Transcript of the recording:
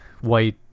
white